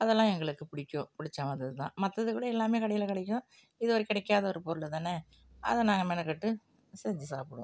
அதெல்லாம் எங்களுக்கு பிடிக்கும் பிடிச்ச மாதிரி தான் மற்றது கூட எல்லாமே கடையில் கிடைக்கும் இது ஒரு கிடைக்காத ஒரு பொருள் தானே அதை நாங்கள் மெனக்கட்டு செஞ்சு சாப்பிடுவோம்